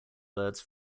birds